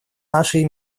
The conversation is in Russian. нашей